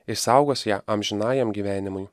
išsaugos ją amžinajam gyvenimui